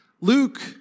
Luke